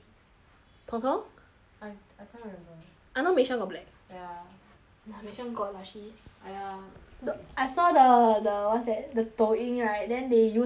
tong tong I I can't remember I know michelle got black ya ya michelle got lah she !aiya! I saw the the what's that the 抖音 right then they use a walnut